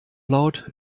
laut